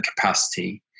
capacity